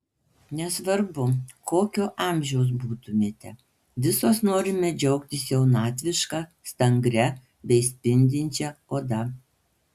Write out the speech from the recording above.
nesvarbu kokio amžiaus būtumėme visos norime džiaugtis jaunatviška stangria bei spindinčia oda